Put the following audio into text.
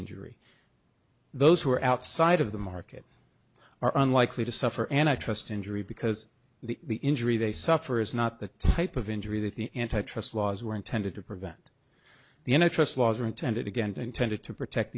injury those who are outside of the market are unlikely to suffer and i trust injury because the injury they suffer is not the type of injury that the antitrust laws were intended to prevent the in a trust laws are intended again to intended to protect